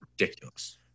ridiculous